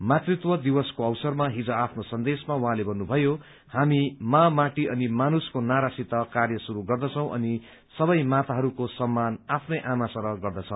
मातृत्व दिवसको अवसरमा हिज आफ्नो सन्देशमा उहाँले भन्नुभयो हामी माँ माटी अनि मानुषको नारासित कार्य शुरू गर्दछौ अनि सबै माताहरूको सम्मान आफ्नै आमा सरह गर्दछ